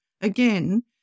again